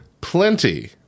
plenty